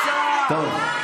טוב,